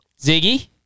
Ziggy